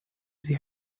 the